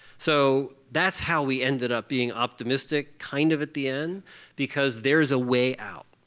so that's how we ended up being optimistic kind of at the end because there's a way out.